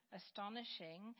astonishing